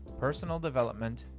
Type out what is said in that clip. personal development,